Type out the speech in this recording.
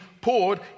poured